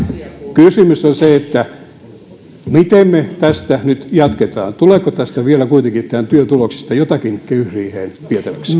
kysymys on se miten me tästä nyt jatkamme tuleeko tämän työn tuloksista vielä kuitenkin jotakin kehysriiheen vietäväksi